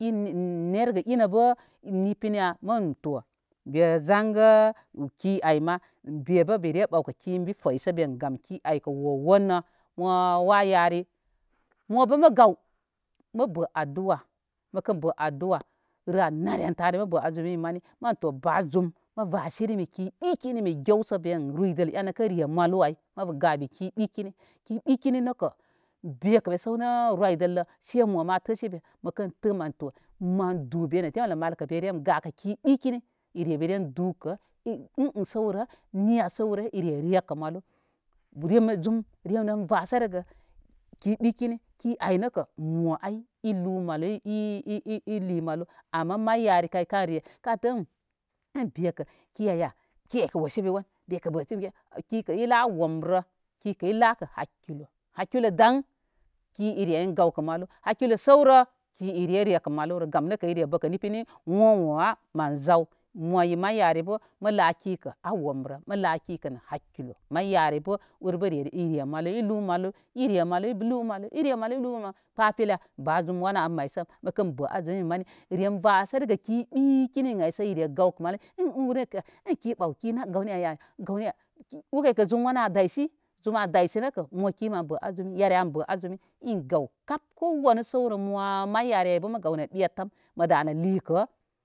In nergə inə bə ni pinya. Mən to be zangə ki ay ma be bə berə ɓawkə ki in bi fəy min gam ki ay kə mə gaw məbə aduwa məkə bə aduwa rə anare tare mə bə azumi mani mən to ba zum mə vasiri miki ɓikini mi gew sə be ruydəl enə kə re malu ay mabu gadə ki ɓikini ki bikini nəkə bekə mi səwnə roydəllə sai mo ma təsebe məkən tə man to mən dube nə temlə malkə be rem gakə ki ɓikini. Ire mi ren dukə ə ə səwrə niya səwrə ire rekə malu zum rem ren vasərəgə ki ɓikini ay nəkə mo ay ilu malu i ilimalu ama may yari kay ka re ka tə ən be kə ki ay ki aykə wosibe won bekə bəsibe giya ki kə ila womrə kikə ilakə hakilo hakilo day ki iren gawkə malu hakilo səwrə, ki ire rekə malurə gawinəke ire bəkə nipini əwo əwona mən zaw mo may yari bə mə lakikə a womrə mə lakikə nə hakilo may yari bə ur bə ire malu ilu malu ire malu ilu malu ire malu ilu maw kpəpik ba zum wan an may sə məkən bə azumi məni rem vasərəgə ki ɓikimin ay sə ire gawkə maw ən ur aykə ənkə ən ɓaw ki nə gaw ni ay ya ur kay kə azumi wan an daysi azumi a daysə nəkə mo ki mən bə azumi mo yari an bə azumi in gaw kap ko wanə səwrə mo may yari ay bə mə gaw nə ɓetəm məda nə likə.